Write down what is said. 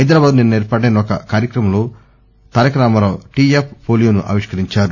హైదరాబాద్లో నిన్న ఏర్పాటైన ఒక కార్యక్రమంలో తారక రామారావు టీయాప్ ఫోలియోను ఆవిష్కరించారు